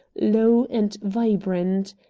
low, and vibrant.